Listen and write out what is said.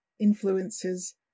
influences